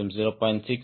6 முதல் 1